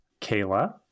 kayla